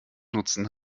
nutzen